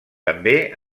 també